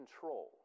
control